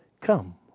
Come